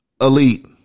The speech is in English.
elite